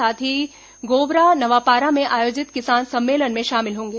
साथ ही गोबरा नवापारा में आयोजित किसान सम्मेलन में शामिल होंगे